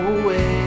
away